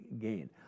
gain